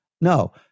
No